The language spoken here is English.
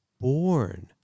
born